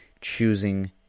choosing